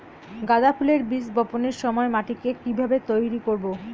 গাদা ফুলের বীজ বপনের সময় মাটিকে কিভাবে তৈরি করব?